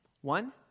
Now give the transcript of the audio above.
One